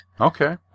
Okay